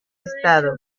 estado